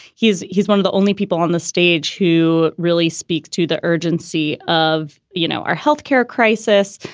he's he's one of the only people on the stage who really speaks to the urgency of, you know, our health care crisis,